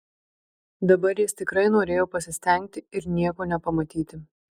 dabar jis tikrai norėjo pasistengti ir nieko nepamatyti